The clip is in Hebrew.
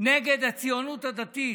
נגד הציונות הדתית,